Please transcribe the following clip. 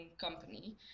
company